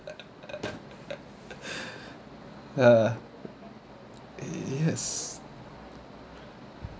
uh yes